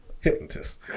hypnotist